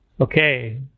Okay